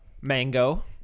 Mango